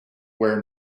where